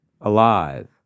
alive